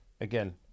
again